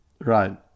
Right